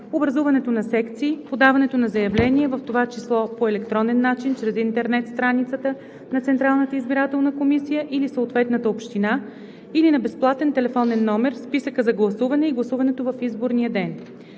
образуването на секции, подаването на заявления, в това число по електронен начин през интернет страницата на Централната избирателна комисия или съответната община или на безплатен телефонен номер, списъка за гласуване и гласуването в изборния ден.